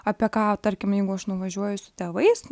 apie ką tarkim jeigu aš nuvažiuoju su tėvais